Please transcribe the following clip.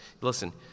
Listen